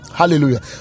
Hallelujah